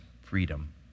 freedom